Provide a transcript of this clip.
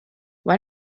why